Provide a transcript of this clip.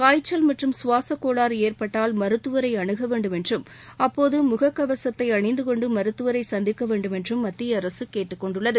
காய்ச்சல் மற்றும் சுவாசக் கோளாறு ஏற்பட்டால் மருத்துவரை அனுக வேண்டும் என்றும் அப்போது முகக்கவசத்தை அணிந்து கொண்டு மருத்துவரை சந்திக்க வேண்டுமென்றும் மத்திய அரசு கேட்டுக் கொண்டுள்ளது